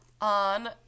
on